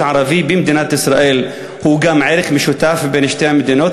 ערבי במדינת ישראל הוא ערך משותף לשתי המדינות?